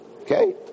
Okay